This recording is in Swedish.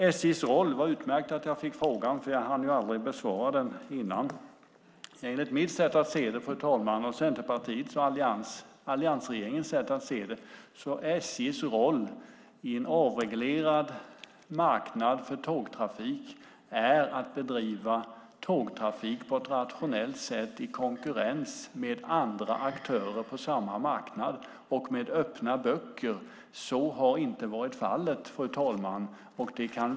Det var utmärkt att jag fick frågan om SJ:s roll, för jag hann aldrig besvara den förut. Enligt mitt, Centerpartiets och alliansregeringens sätt att se det är SJ:s roll på en avreglerad marknad för tågtrafik att bedriva tågtrafik på ett rationellt sätt i konkurrens med andra aktörer på samma marknad och med öppna böcker. Så har inte varit fallet, fru talman.